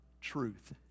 truth